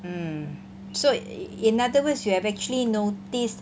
mm so in other words you have actually noticed